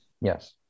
Yes